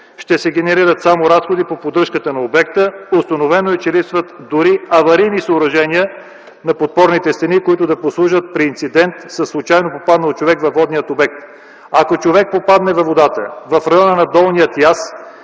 Ще се генерират само разходи по поддръжката на обекта. Установено е, че липсват дори аварийни съоръжения на подпорните стени, които да послужат при инцидент със случайно попаднал човек във водния обект. Ако човек попадне във водата в района на долния яз,